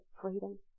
freedom